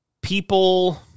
people